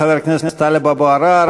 חבר הכנסת טלב אבו עראר,